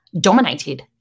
dominated